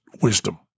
wisdom